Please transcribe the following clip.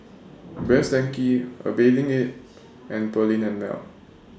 Best Denki A Bathing Ape and Perllini and Mel